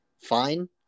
fine